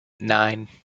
nine